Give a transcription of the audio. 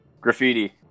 graffiti